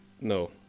no